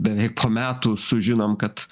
beveik po metų sužinom kad